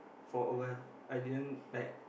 for awhile I didn't like